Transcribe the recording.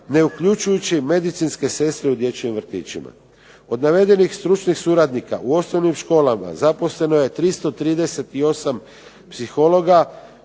ne uključujući medicinske sestre u dječjim vrtićima. Od navedenih stručnih suradnika u osnovnim školama zaposleno je 338 psihologa,